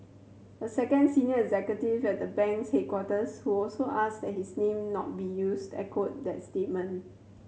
a second senior executive at the bank's headquarters who also asked his name not be used echoed that sentiment